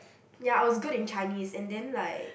ya I was good in Chinese and then like